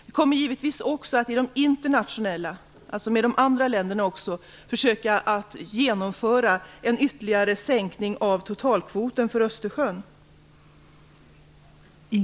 Vi kommer givetvis också i internationella sammanhang - alltså med även andra länder - att försöka genomföra en ytterligare sänkning av totalkvoten för Östersjön.